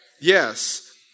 yes